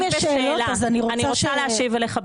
אני רוצה להשיב לך בשאלה.